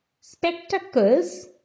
Spectacles